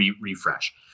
refresh